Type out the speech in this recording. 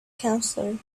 counselor